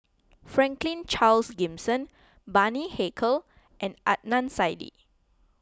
Franklin Charles Gimson Bani Haykal and Adnan Saidi